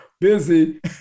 Busy